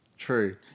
True